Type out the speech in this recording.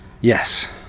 Yes